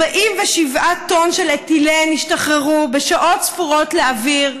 47 טונה של אתילן השתחררו בשעות ספורות לאוויר.